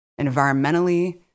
Environmentally